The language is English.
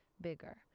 bigger